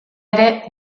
ere